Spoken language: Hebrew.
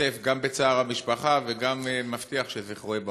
משתתף בצער המשפחה וגם מבטיח שזכרו יהיה ברוך.